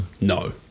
no